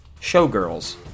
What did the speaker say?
Showgirls